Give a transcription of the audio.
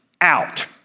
out